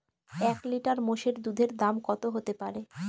এক লিটার মোষের দুধের দাম কত হতেপারে?